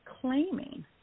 claiming